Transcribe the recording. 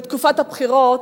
בתקופת הבחירות,